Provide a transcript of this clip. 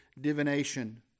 divination